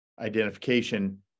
identification